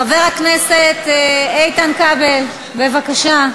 חבר הכנסת איתן כבל, בבקשה.